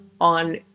on